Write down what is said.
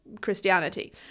Christianity